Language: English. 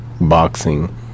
boxing